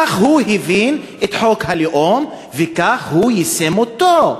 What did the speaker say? כך הוא הבין את חוק הלאום, וכך הוא יישם אותו.